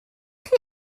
chi